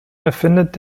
erfindet